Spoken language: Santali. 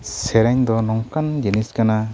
ᱥᱮᱨᱮᱧ ᱫᱚ ᱱᱚᱝᱠᱟᱱ ᱡᱤᱱᱤᱥ ᱠᱟᱱᱟ